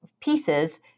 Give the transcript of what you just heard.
pieces